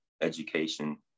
education